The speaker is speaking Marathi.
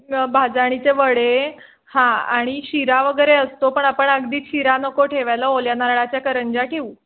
भाजणीचे वडे हां आणि शिरा वगैरे असतो पण आपण अगदी शिरा नको ठेवायला ओल्या नारळाच्या करंजा ठिऊ